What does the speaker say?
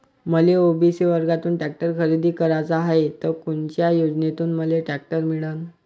मले ओ.बी.सी वर्गातून टॅक्टर खरेदी कराचा हाये त कोनच्या योजनेतून मले टॅक्टर मिळन?